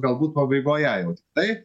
galbūt pabaigoje jeigu tiktai